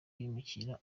bimukira